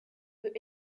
peut